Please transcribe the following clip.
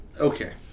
Okay